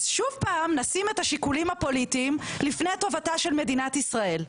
אז שוב פעם נשים את השיקולים הפוליטיים לפני טובתה של מדינת ישראל.